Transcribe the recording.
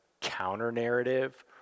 counter-narrative